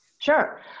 Sure